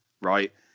Right